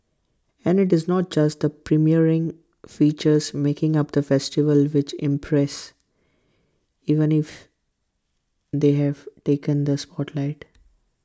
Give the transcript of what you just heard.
and IT is not just the premiering features making up the festival which impress even if they have taken the spotlight